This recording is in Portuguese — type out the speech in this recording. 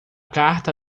carta